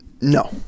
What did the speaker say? No